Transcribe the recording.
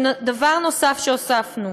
דבר נוסף שהוספנו,